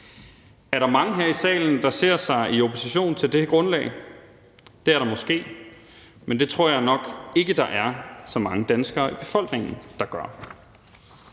Er der mange her i salen, der ser sig i opposition til det grundlag? Det er der måske, men det tror jeg nok ikke der er så mange danskere i befolkningen der gør.